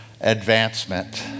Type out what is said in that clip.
advancement